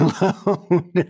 alone